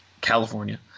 California